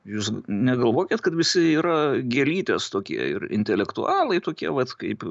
jūs negalvokit kad visi yra gėlytės tokie ir intelektualai tokie vat kaip